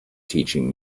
teaching